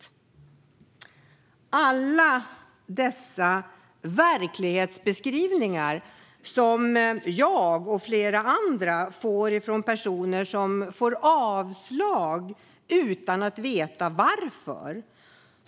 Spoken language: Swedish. Jag och flera andra får många verklighetsbeskrivningar från personer som får avslag utan att veta varför.